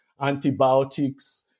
antibiotics